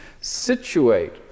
situate